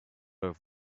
have